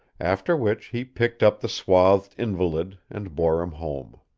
after which he picked up the swathed invalid and bore him home.